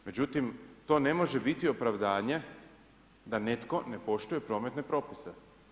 Međutim, to ne može biti opravdanje, da netko ne poštuje prometne propise.